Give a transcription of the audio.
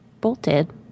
bolted